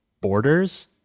borders